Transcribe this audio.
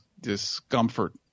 discomfort